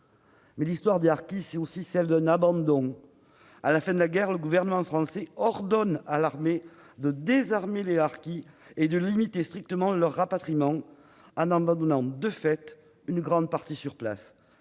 L'histoire des harkis est aussi celle d'un abandon. À la fin de la guerre, le gouvernement français ordonne à l'armée de désarmer les harkis et de limiter strictement leur rapatriement : il a, de fait, laissé sur place